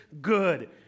good